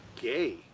gay